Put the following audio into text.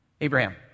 Abraham